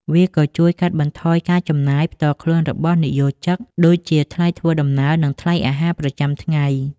វាក៏ជួយ កាត់បន្ថយការចំណាយ ផ្ទាល់ខ្លួនរបស់និយោជិត ដូចជាថ្លៃធ្វើដំណើរ និងថ្លៃអាហារប្រចាំថ្ងៃ។